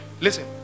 listen